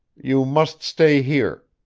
you must stay here.